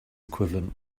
equivalent